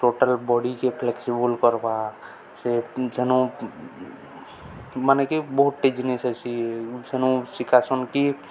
total ବଡ଼ିିକେ flexible କରବା ସେ ସେନୁ ମାନେକ ବହୁତଟେ ଜିନିଷ ହେସି ସେନୁ ଶିଖାସନ୍ କି